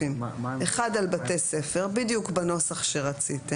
אחד על בתי ספר בדיוק בנוסח שרציתם,